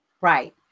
right